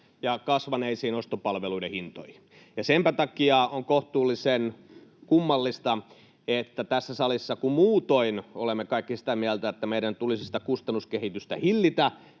ja kasvaneisiin ostopalveluiden hintoihin. Senpä takia on kohtuullisen kummallista, että kun tässä salissa muutoin olemme kaikki sitä mieltä, että meidän tulisi kustannuskehitystä hillitä,